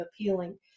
appealing